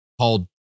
called